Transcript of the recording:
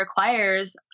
requires